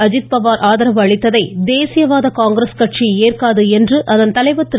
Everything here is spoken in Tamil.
அஜித்பவார் ஆதரவு அளித்ததை தேசியவாத காங்கிரஸ் கட்சி ஏற்காது என்று அதன் தலைவர் திரு